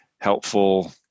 helpful